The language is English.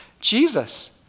Jesus